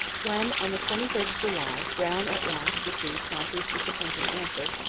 when, on the twenty third of july, brown at last received chauncey's disappointing answer,